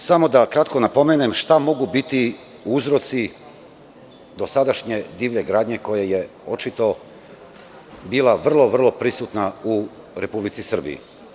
Samo kratko da napomenem šta mogu biti uzroci dosadašnje divlje gradnje, koja je očito bila vrlo prisutna u Republici Srbiji.